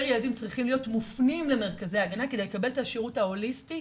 ילדים צריכים להיות מופנים למרכזי הגנה כדי לקבל את השירות ההוליסטי,